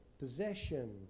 possession